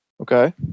Okay